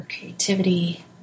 creativity